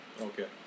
Okay